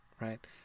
right